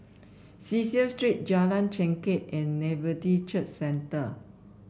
Cecil Street Jalan Chengkek and Nativity Church Centre